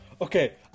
Okay